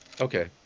okay